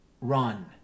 run